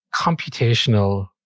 computational